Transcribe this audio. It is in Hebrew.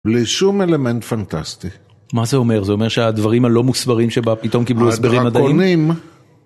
בלי שום אלמנט פנטסטי. מה זה אומר? זה אומר שהדברים הלא מוסברים שבה פתאום קיבלו הסברים הדהים?